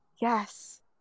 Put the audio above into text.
yes